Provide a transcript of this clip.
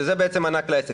שזה מענק לעסק,